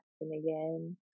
again